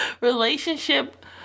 relationship